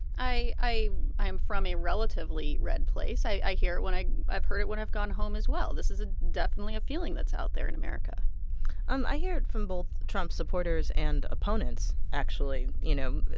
i i i'm from a relatively red place. i hear it when i i've heard it when i've gone home, as well. this is a definitely a feeling that's out there in america i hear it from both trump supporters and opponents, actually. you know,